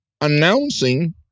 announcing